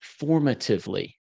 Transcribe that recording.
formatively